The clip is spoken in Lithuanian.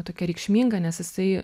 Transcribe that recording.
tokia reikšminga nes jisai